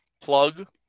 plug